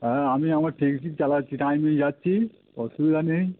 হ্যাঁ আমি আমার ঠিকই চালাচ্ছি টাইমেই যাচ্ছি অসুবিধা নেই